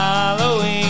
Halloween